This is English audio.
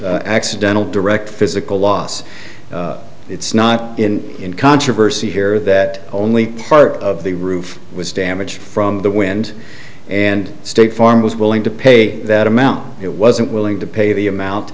accidental direct physical loss it's not in controversy here that only part of the roof was damaged from the wind and state farm was willing to pay that amount it wasn't willing to pay the amount